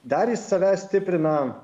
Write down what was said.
dar is save stiprina